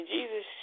Jesus